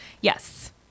Yes